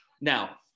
Now